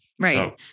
Right